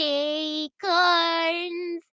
acorns